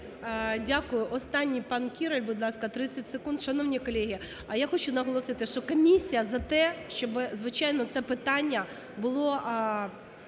Дякую. Останній – пан Кіраль, будь ласка, 30 секунд. Шановні колеги, а я хочу наголосити, що комісія за те, щоб звичайно це питання було